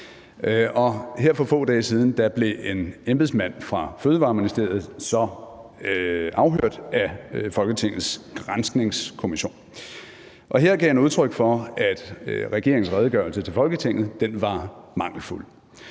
Her for få dage siden blev en embedsmand fra Ministeriet for Fødevarer, Landbrug og Fiskeri så afhørt af Folketingets granskningskommission, og her gav han udtryk for, at regeringens redegørelse til Folketinget var mangelfuld.